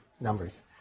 numbers